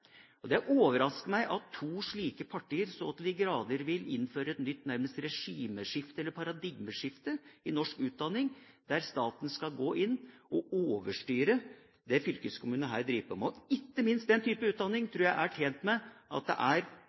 Det overrasker meg at de to partiene så til de grader går inn for å innføre et paradigmeskifte i norsk utdanning, der staten skal gå inn og overstyre det fylkeskommunene driver med. Ikke minst den type utdanning tror jeg er tjent med at det er